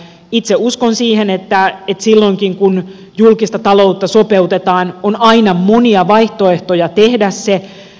itse uskon siihen että silloinkin kun julkista taloutta sopeutetaan on aina monia vaihtoehtoja tehdä se